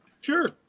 Sure